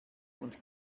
und